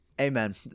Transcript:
Amen